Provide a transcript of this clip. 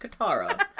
Katara